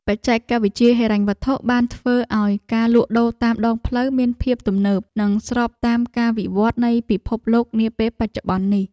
បច្ចេកវិទ្យាហិរញ្ញវត្ថុបានធ្វើឱ្យការលក់ដូរតាមដងផ្លូវមានភាពទំនើប និងស្របតាមការវិវត្តនៃពិភពលោកនាពេលបច្ចុប្បន្ននេះ។